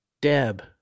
Deb